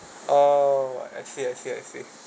oh I see I see I see